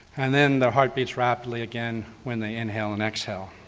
and then the heart beats rapidly again when they inhale and exhale.